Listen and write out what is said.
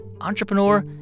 entrepreneur